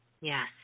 Yes